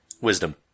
Wisdom